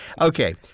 Okay